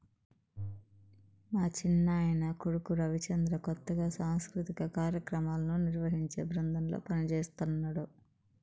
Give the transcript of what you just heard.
మా చిన్నాయన కొడుకు రవిచంద్ర కొత్తగా సాంస్కృతిక కార్యాక్రమాలను నిర్వహించే బృందంలో పనిజేస్తన్నడు